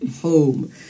home